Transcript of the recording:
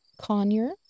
conure